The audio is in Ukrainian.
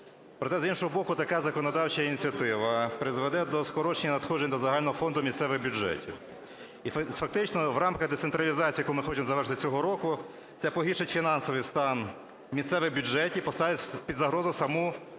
Проте, з іншого боку, така законодавча ініціатива призведе до скорочення надходжень до загального фонду місцевих бюджетів. І фактично в рамках децентралізації, яку ми хочемо завершити цього року, це погіршить фінансовий стан місцевих бюджетів, поставить під загрозу саму